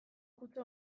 kutsu